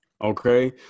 Okay